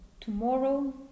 tomorrow